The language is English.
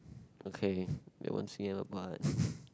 okay they won't fail but